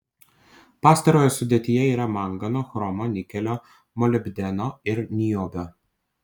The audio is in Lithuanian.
pastarojo sudėtyje yra mangano chromo nikelio molibdeno ir niobio